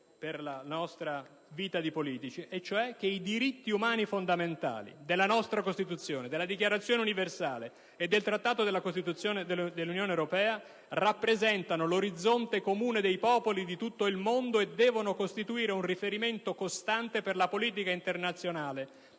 era un passaggio significativo secondo cui i diritti umani fondamentali della nostra Costituzione, della Dichiarazione universale e del Trattato per la costituzione dell'Unione europea "rappresentano l'orizzonte comune dei popoli di tutto il mondo e devono costituire un riferimento costante per la politica internazionale